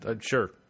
Sure